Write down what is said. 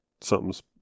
something's